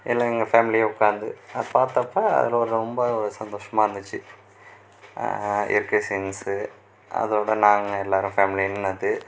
எல்லாம் எங்கள் ஃபேமிலியே உட்காந்து பார்த்தப்ப அதில் ஒரு ரொம்ப ஒரு சந்தோஷமாக இருந்துச்சு இயற்கை சீன்ஸு அதோடு நாங்கள் எல்லோரும் ஃபேமிலியா நின்றது